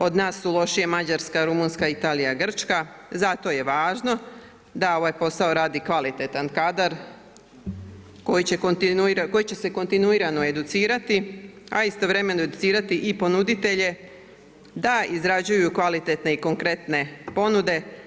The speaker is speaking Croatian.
Od nas su lošije Mađarska, Rumunjska, Italija, Grčka zato je važno da ovaj posao radi kvalitetan kadar koji će se kontinuirano educirati, a istovremeno educirati i ponuditelje da izrađuju kvalitetne i konkretne ponude.